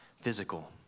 physical